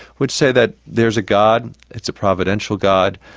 would say that there's a god, it's a providential god,